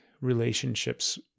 relationships